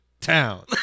town